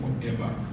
forever